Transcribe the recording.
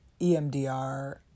EMDR